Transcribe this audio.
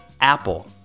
Apple